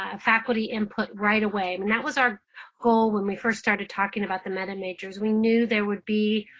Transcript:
ah faculty input right away and that was our goal when we first started talking about the meta majors. we knew there would be